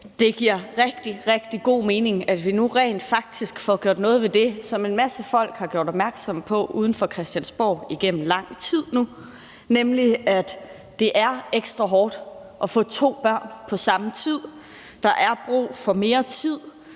Det giver rigtig, rigtig god mening, at vi nu rent faktisk får gjort noget ved det, som en masse folk har gjort opmærksom på uden for Christiansborg igennem lang tid nu, nemlig at det er ekstra hårdt at få to børn på samme tid. Der er brug for mere tid,